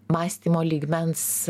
mąstymo lygmens